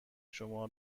شما